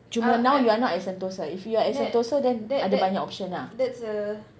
cuma now we are not at Sentosa if you at Sentosa then ada banyak options ah